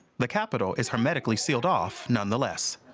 the capital is hermetically sealed off nonetheless.